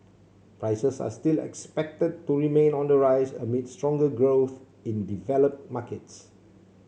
prices are still expected to remain on the rise amid stronger growth in developed markets